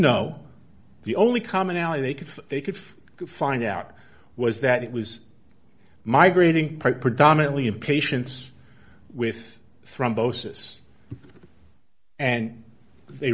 know the only commonality they could if they could find out was that it was migrating predominantly in patients with thrombosis and they